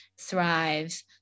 thrive